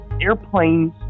airplanes